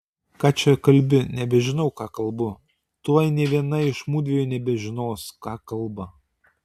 ką čia kalbi nebežinau ką kalbu tuoj nė viena iš mudviejų nebežinos ką kalba